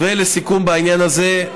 ולסיכום בעניין הזה,